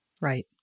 Right